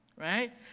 right